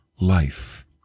life